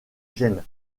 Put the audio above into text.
gêne